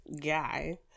guy